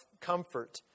comfort